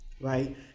right